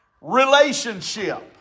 relationship